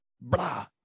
blah